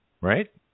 Right